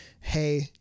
hey